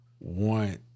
Want